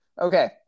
Okay